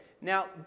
Now